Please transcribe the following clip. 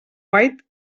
white